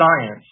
science